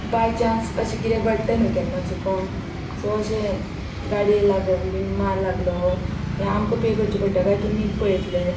बाय chance अशें कितें घडटा न्हू केन्ना चुकून सो अशे गाडये लागून बीन मार लागलो हें आमकां पे करचें पडटा काय तुमीत पळयतले